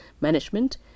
management